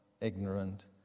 ignorant